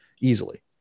easily